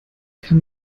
kann